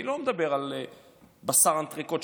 אני לא מדבר על בשר אנטריקוט,